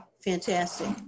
Fantastic